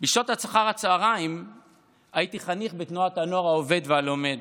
בשעות אחר הצוהריים הייתי חניך בתנועת הנוער העובד והלומד.